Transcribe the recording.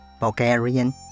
Bulgarian